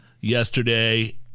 yesterday